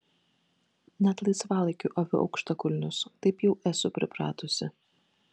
net laisvalaikiu aviu aukštakulnius taip jau esu pripratusi